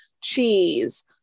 cheese